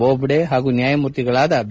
ಬೊಬ್ನೆ ಹಾಗೂ ನ್ನಾಯಮೂರ್ತಿಗಳಾದ ಬಿ